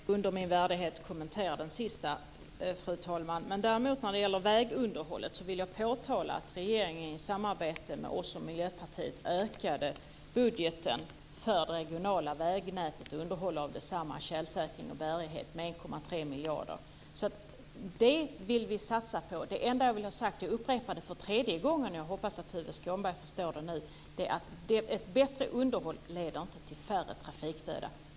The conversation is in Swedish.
Fru talman! Det är under min värdighet att kommentera det sista. När det däremot gäller vägunderhållet vill jag påtala att regeringen i samarbete med oss och Miljöpartiet ökade budgeten för det regionala vägnätet och underhåll av detsamma, för tjälsäkring och bärighet, med 1,3 miljarder. Det vill vi satsa på. Det enda jag vill ha sagt - och jag upprepar det för tredje gången och hoppas att Tuve Skånberg förstår det nu - är att ett bättre underhåll inte leder till färre trafikdöda.